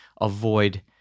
avoid